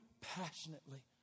passionately